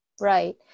Right